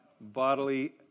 bodily